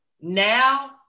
now